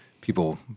people